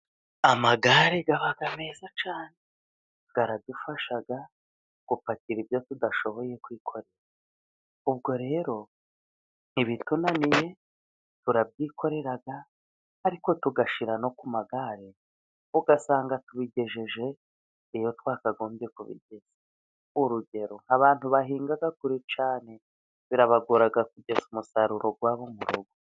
Amagare aba meza cyane! Aradufasha gupakira ibyo tudashoboye kwikorera, ubwo rero ibitunaniye, turabyikorera ariko tugashyira no ku magare ,ugasanga tubigejeje iyo twakagombye kubigeza, urugero nk'abantu bahinga kure cyane ,birabagora kugeza umusaruro wabo mu rugo.